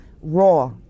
raw